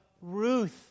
Ruth